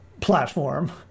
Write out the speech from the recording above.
platform